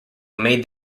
made